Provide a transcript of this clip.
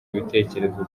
ibitekerezo